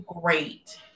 great